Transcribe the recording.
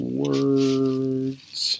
words